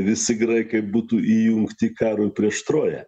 visi graikai būtų įjungti karui prieš troją